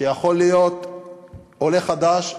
שיכול להיות עולה חדש,